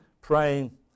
praying